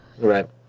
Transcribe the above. Right